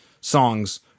songs